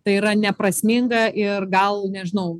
tai yra neprasminga ir gal nežinau